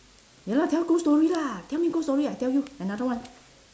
ya lah tell ghost story lah tell me ghost story I tell you another one